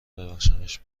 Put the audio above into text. ببخشمش